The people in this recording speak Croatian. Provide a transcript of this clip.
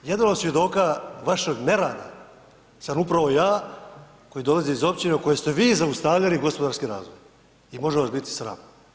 Jedan od svjedoka vašeg nerada sam upravo ja koji dolazi iz općine u kojoj ste vi zaustavljali gospodarski razvoj i može vas biti sram.